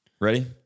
Ready